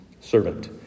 servant